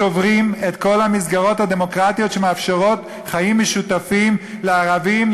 שוברים את כל המסגרות הדמוקרטיות שמאפשרות חיים משותפים לערבים,